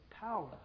power